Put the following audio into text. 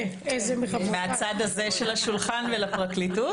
אלה ולפרקליטות.